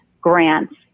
grants